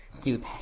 Dude